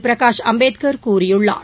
பிரகாஷ் அம்பேத்கர் கூறியுள்ளார்